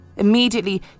immediately